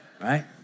Right